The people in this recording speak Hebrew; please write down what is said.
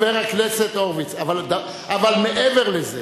עוד מעט לא יהיה שֵׁם,